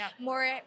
more